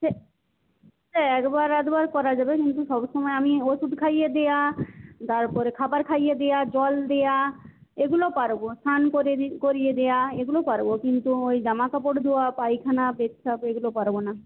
সে একবার আধবার করা যাবে কিন্তু সবসময় আমি ওষুধ খাইয়ে দেওয়া তারপরে খাবার খাইয়ে দেওয়া জল দেওয়া এগুলো পারব স্নান করিয়ে করিয়ে দেওয়া এগুলো পারব কিন্তু ওই জামাকাপড় ধোওয়া পায়খানা পেচ্ছাপ এগুলো পারব না